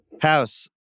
house